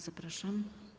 Zapraszam.